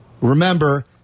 Remember